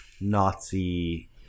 Nazi